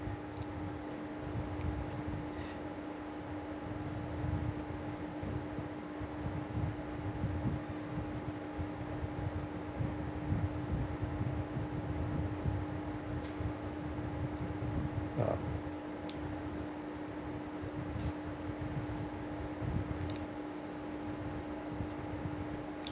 uh